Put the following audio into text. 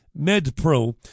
Medpro